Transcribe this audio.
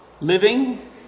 living